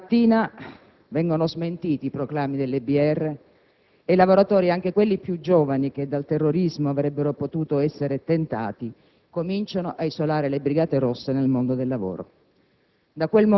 Quella mattina vengono smentiti i proclami delle Brigate Rosse e i lavoratori, anche quelli più giovani che dal terrorismo avrebbero potuto essere tentati, cominciano ad isolare le Brigate Rosse nel mondo del lavoro.